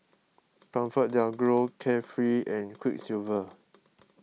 ComfortDelGro Carefree and Quiksilver